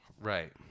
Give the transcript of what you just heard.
Right